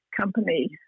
company